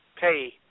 pay